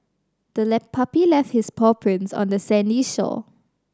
the puppy left its paw prints on the sandy shore